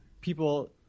people